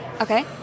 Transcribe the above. Okay